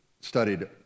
studied